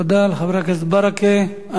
תודה לחבר הכנסת ברכה.